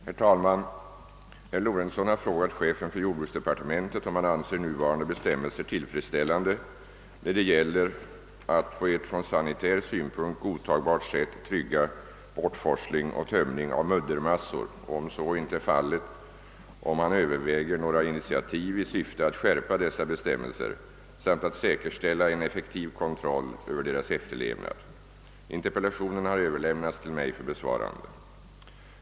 Herr talman! Herr Lorentzon har frågat chefen för jordbruksdepartementet om han anser nuvarande bestämmelser tillfredsställande när det gäller att på ett från sanitär synpunkt godtagbart sätt trygga bortforsling och tömning av muddermassor och — om så inte är fallet — om han överväger några initiativ i syfte att skärpa dessa bestämmelser samt att säkerställa en effektiv kontroll över deras efterlevnad. Interpellationen har överlämnats till mig för besvarande.